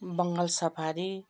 Bengal safari